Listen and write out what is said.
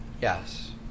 Yes